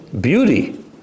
beauty